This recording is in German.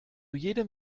jedem